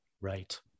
Right